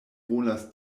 volas